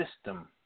system